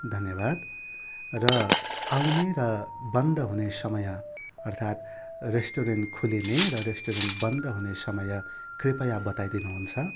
धन्यवाद र आउने र बन्द हुने समय अर्थात् रेस्टुरेन्ट खोलिने र रेस्टुरेन्ट बन्द हुने समय कृपया बताइदिनु हुन्छ